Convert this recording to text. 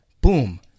boom